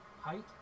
height